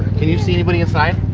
can you see anybody inside?